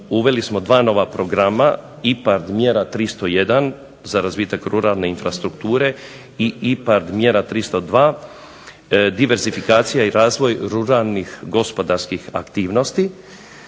uveli smo dva nova programa IPARD mjera 301 za razvitak ruralne infrastrukture i IPARD mjera 302, diversifikacija i razvoj ruralnih gospodarskih aktivnosti.